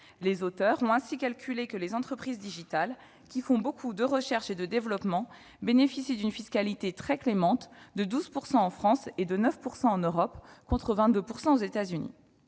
les auteurs ont ainsi calculé que les entreprises numériques qui font beaucoup de recherche et développement, ou R&D, bénéficient d'une fiscalité très clémente de 12 % en France et de 9 % en Europe, contre 22 % aux États-Unis.